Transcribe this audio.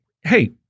hey